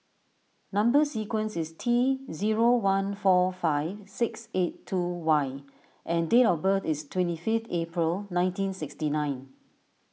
Number Sequence is T zero one four five six eight two Y and date of birth is twenty fifth April nineteen sixty nine